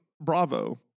Bravo